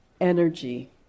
energy